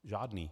Žádný.